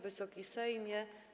Wysoki Sejmie!